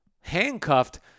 handcuffed